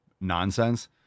nonsense